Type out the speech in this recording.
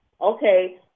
okay